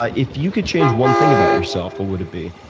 ah if you could change one thing about yourself, what would it be?